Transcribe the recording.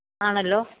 ആണല്ലോ